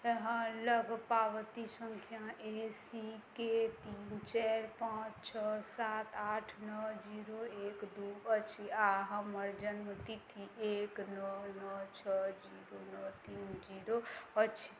अहाँलग पावती सँख्या ए सी के तीन के चारि पाँच छओ सात आठ नओ जीरो एक दुइ अछि आओर हमर जनमतिथि एक नओ नओ छओ जीरो नओ तीन जीरो अछि